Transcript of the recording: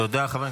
תודה.